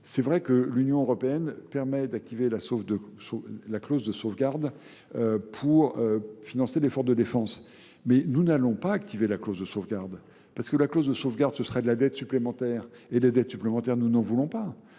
C'est vrai que l'Union européenne permet d'activer la clause de sauvegarde pour financer l'effort de défense, mais nous n'allons pas activer la clause de sauvegarde, parce que la clause de sauvegarde ce serait de la dette supplémentaire, et des dettes supplémentaires nous n'en voulons pas.